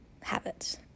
habits